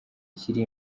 kiri